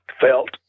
felt